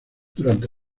durante